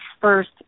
first